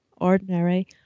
ordinary